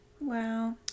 Wow